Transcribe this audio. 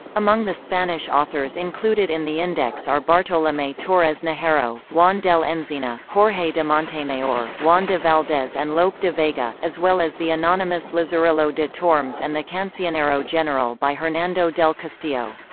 among the spanish authors included in the index are bartolome torres naharro, juan del enzina, jorge de montemayor, juan de valdes and lope de vega, as well as the anonymous lazarillo de tormes and the cancionero general by hernando del castillo.